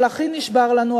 אבל הכי נשבר לנו,